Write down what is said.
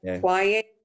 quiet